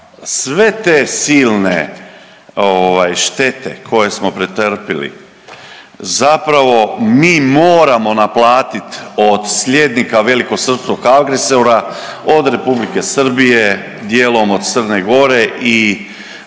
sve te silne štete koje smo pretrpili zapravo mi moramo naplatit od slijednika velikosrpskog agresora od Republike Srbije, dijelom od Crne Gore i